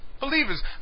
believers